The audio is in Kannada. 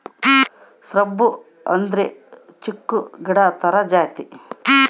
ಶ್ರಬ್ ಅಂದ್ರೆ ಚಿಕ್ಕು ಗಿಡ ತರ ಜಾತಿ